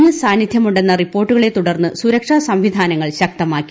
S സാന്നിധ്യമുണ്ടെന്ന റിപ്പോർട്ടുകളെ തുടർന്ന് സുരക്ഷാ സംവിധാനങ്ങൾ ശക്തമാക്കി